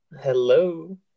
Hello